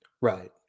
Right